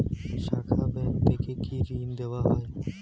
শাখা ব্যাংক থেকে কি ঋণ দেওয়া হয়?